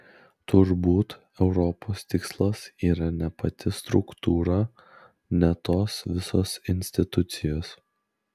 turbūt europos tikslas yra ne pati struktūra ne tos visos institucijos